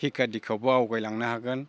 सिक्खा दिग्खायावबो आवगायलांनो हागोन